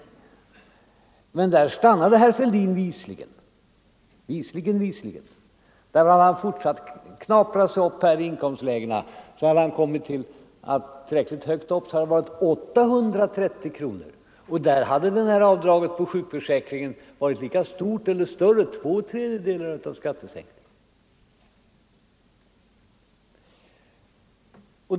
Men herr Fälldin stannade visligen vid dessa inkomstklasser i sitt resonemang. Hade han fortsatt att knapra sig upp i inkomstlägena tillräckligt långt hade han kommit upp till ett avdrag på 830 kronor, ett avdrag som då skulle utgöra närmare två tredjedelar av skattesänkningen.